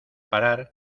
parar